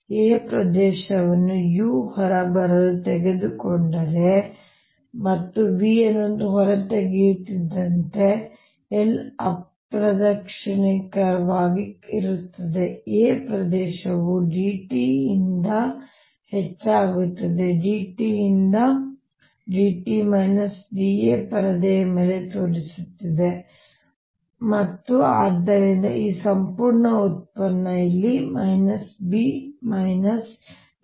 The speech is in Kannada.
ನಾನು A ಪ್ರದೇಶವನ್ನು u ಹೊರಬರಲು ತೆಗೆದುಕೊಂಡರೆ ಮತ್ತು v ಅನ್ನು ಹೊರತೆಗೆಯುತ್ತಿದ್ದಂತೆ l ಅಪ್ರದಕ್ಷಿಣಾಕಾರವಾಗಿ ಇರುತ್ತದೆ A ಪ್ರದೇಶವು dt ಯಿಂದ dt ಹೆಚ್ಚಾಗುತ್ತಿದೆ ಮತ್ತು dt ಯಿಂದ dt d A ಪರದೆಯ ಮೇಲೆ ತೋರಿಸುತ್ತಿದೆ ಮತ್ತು ಆದ್ದರಿಂದ ಈ ಸಂಪೂರ್ಣ ಉತ್ಪನ್ನ ಇಲ್ಲಿ ಈ B